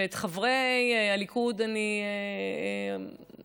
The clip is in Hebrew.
ואת חברי הליכוד אני מבינה,